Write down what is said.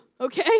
okay